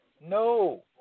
No